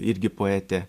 irgi poetė